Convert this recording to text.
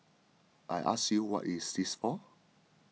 I ask you what is this for